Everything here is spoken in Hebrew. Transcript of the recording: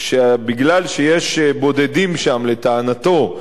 שמכיוון שיש בודדים שם, לטענתו,